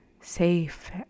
safe